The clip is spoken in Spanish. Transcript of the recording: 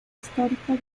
histórico